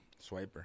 swiper